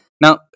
Now